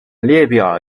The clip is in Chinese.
列表